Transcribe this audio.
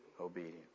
obedience